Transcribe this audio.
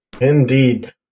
Indeed